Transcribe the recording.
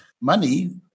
money